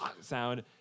sound